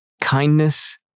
Kindness